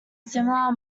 similar